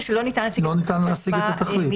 כתוב שלא ניתן להשיג את התכלית,